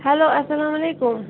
hello اسلامُ علیکُم